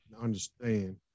understand